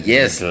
Yes